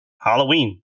Halloween